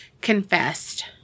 confessed